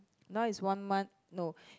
now is one month no